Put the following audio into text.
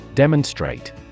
Demonstrate